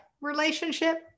relationship